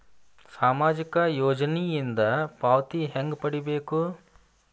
ಸಾಮಾಜಿಕ ಯೋಜನಿಯಿಂದ ಪಾವತಿ ಹೆಂಗ್ ಪಡಿಬೇಕು?